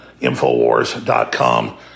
Infowars.com